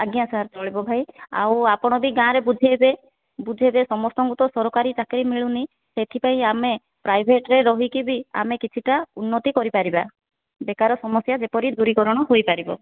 ଆଜ୍ଞା ସାର୍ ଚଳିବ ଭାଇ ଆଉ ଆପଣ ବି ଗାଁରେ ବୁଝାଇବେ ବୁଝାଇବେ ସମସ୍ତଙ୍କୁ ତ ସରକାରୀ ଚାକିରି ମିଳୁନି ସେଇଥିପାଇଁ ଆମେ ପ୍ରାଇଭେଟ୍ରେ ରହିକି ବି ଆମେ କିଛିଟା ଉନ୍ନତି କରିପାରିବା ବେକାର ସମସ୍ୟା ଯେପରି ଦୂରୀକରଣ ହୋଇପାରିବ